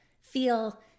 feel